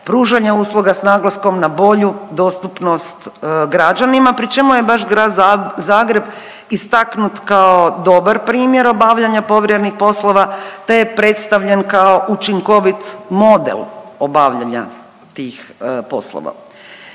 pružanja usluga s naglaskom na bolju dostupnost građanima pri čemu je baš grad Zagreb istaknut kao dobar primjer obavljanja povjerenih poslova te je predstavljen kao učinkovit model obavljanja tih poslova.